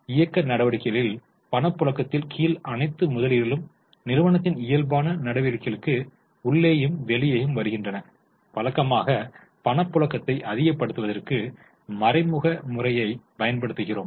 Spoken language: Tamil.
இயக்க நடவடிக்கைகளில் பணப்புழக்கத்தில் கீழ் அனைத்து முதலீடுகளும் நிறுவனத்தின் இயல்பான நடவடிக்கைகளுக்கு உள்ளேயும் வெளியேயும் வருகின்றன வழக்கமாக பணப்புழக்கத்தை அதிகப்படுத்துவதற்கு மறைமுக முறையை பயன்படுத்துகிறோம்